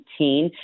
2018